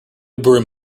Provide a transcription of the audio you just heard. broom